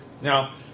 Now